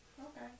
Okay